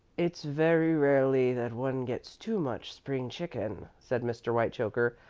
it's very rarely that one gets too much spring chicken, said mr. whitechoker.